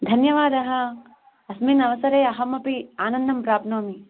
धन्यवादः अस्मिन् अवसरे अहमपि आनन्दं प्राप्नोमि